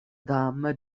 dame